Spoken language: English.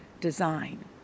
design